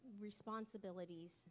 responsibilities